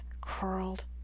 curled